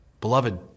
Beloved